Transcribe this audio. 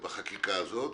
אחד בחקיקה הזאת,